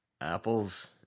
apples